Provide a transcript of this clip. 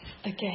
again